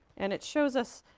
and it shows us